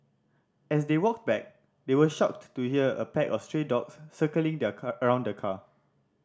as they walked back they were shocked to here a pack of stray dogs circling the car around the car